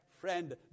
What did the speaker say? Friend